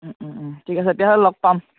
ঠিক আছে তেতিয়াহ'লে লগ পাম